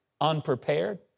unprepared